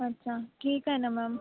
अच्छा ठीक आहे ना मॅम